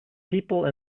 people